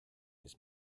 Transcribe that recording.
his